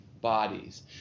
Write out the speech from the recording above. bodies